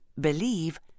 believe